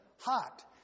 Hot